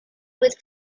with